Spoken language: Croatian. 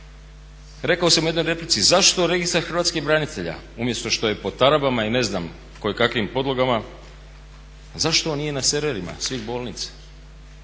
Rekao sam u jednoj replici zašto registar hrvatskih branitelja, umjesto što je po tarabama i ne znam koje kakvim podlogama, pa zašto on nije na serverima svih bolnica.